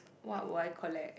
what will I collect